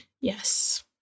Yes